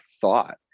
thought